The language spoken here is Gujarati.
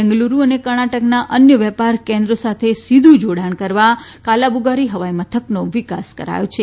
બેંગલુરુ અને કર્ણાટકના અન્ય વેપાર કેન્દ્રો સાથે સીધું જોડાણ કરવા કાલાબુગારી હવાઈમથકનો વિકાસ કરાયો છે